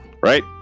right